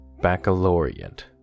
Baccalaureate